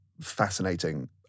fascinating